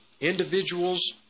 individuals